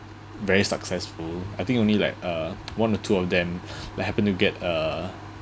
very successful I think only like uh one or two of them like happened to get a